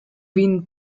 been